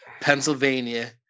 Pennsylvania